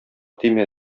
тимә